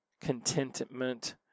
contentment